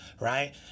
Right